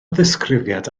ddisgrifiad